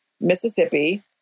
Mississippi